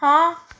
ਹਾਂ